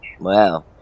Wow